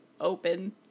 open